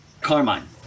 Carmine